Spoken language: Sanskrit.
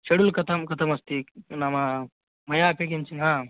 शड्यूल् कथं कृतमस्ति नाम मयापि किञ्चित् हा